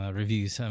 reviews